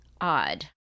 odd